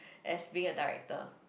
as being a director